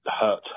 hurt